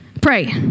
pray